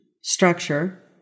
structure